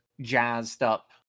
jazzed-up